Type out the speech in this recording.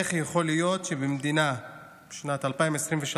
איך יכול להיות שזה קורה במדינה שלנו בשנת 2023,